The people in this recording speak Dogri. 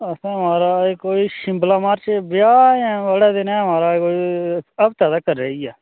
असें महाराज कोई शिमला मर्च ब्याह् अजें थोह्ड़े दिन महाराज कोई हफ्ता तकर रेही गेआ